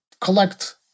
collect